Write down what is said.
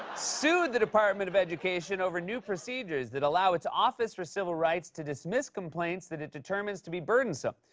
sued the department of education over new procedures that allow its office for civil rights to dismiss complaints that it determines to be burdensome.